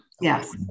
yes